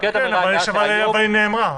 אבל נאמרה.